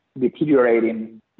deteriorating